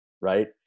right